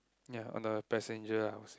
ya on the passenger house